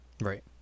Right